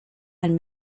and